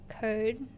code